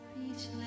speechless